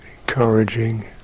encouraging